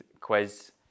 quiz